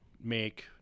make